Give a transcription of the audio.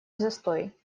застой